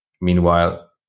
Meanwhile